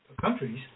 countries